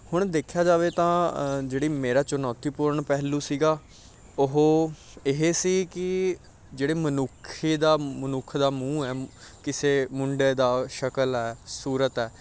ਹੁਣ ਦੇਖਿਆ ਜਾਵੇ ਤਾਂ ਜਿਹੜੀ ਮੇਰਾ ਚੁਣੌਤੀਪੂਰਨ ਪਹਿਲੂ ਸੀਗਾ ਉਹ ਇਹ ਸੀ ਕਿ ਜਿਹੜੇ ਮਨੁੱਖ ਦਾ ਮਨੁੱਖ ਦਾ ਮੂੰਹ ਹੈ ਕਿਸੇ ਮੁੰਡੇ ਦਾ ਸ਼ਕਲ ਹੈ ਸੂਰਤ ਹੈ